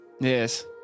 Yes